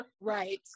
Right